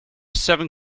seven